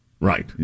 Right